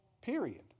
period